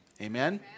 Amen